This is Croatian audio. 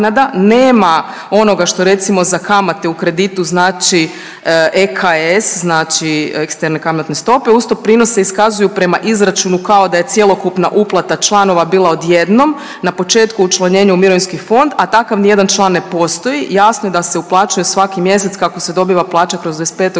nema onoga što recimo za kamate u kreditu znači EKS znači efektivne kamatne stope uz to prinose iskazuju prema izračunu kao da je cjelokupna uplata članova bila odjednom na početku u učlanjenju u mirovinski fond, a takav nijedan član ne postoji, jasno je da se uplaćuje svaki mjesec kako se dobiva plaća kroz 25. i